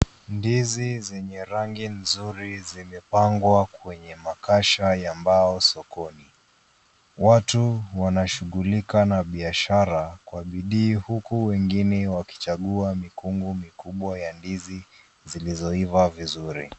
Ndizi zenye rangi nzuri zimepangwa kwenye makasha ya mbao sokoni. Watu wanashughulika na biashara kwa bidii huku wengine wakichagua mikungu mikubwa ya ndizi zilizoivaa vizuri.